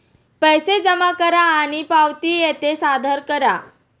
पैसे जमा करा आणि पावती येथे सादर करा